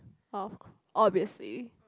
oh obviously